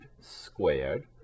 squared